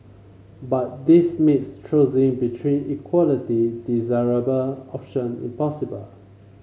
but this makes choosing between equality desirable option impossible